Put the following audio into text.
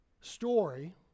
story